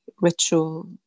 ritual